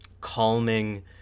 calming